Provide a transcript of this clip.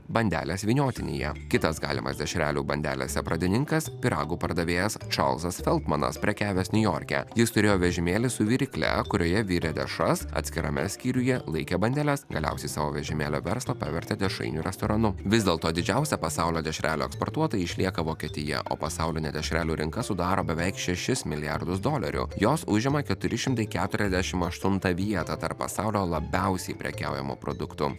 bandelės vyniotinyje kitas galimas dešrelių bandelėse pradininkas pyragų pardavėjas čarlzas feldmanas prekiavęs niujorke jis turėjo vežimėlį su virykle kurioje virė dešras atskirame skyriuje laikė bandeles galiausiai savo vežimėlio verslą pavertė dešrainių restoranu vis dėlto didžiausia pasaulio dešrelių eksportuotoja išlieka vokietija o pasaulinė dešrelių rinka sudaro beveik šešis milijardus dolerių jos užima keturi šimtai keturiasdešim aštuntą vietą tarp pasaulio labiausiai prekiaujamų produktų